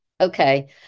okay